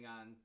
on